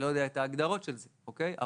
--- אבל